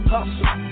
Hustle